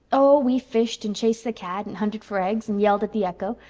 oh, we fished and chased the cat, and hunted for eggs, and yelled at the echo.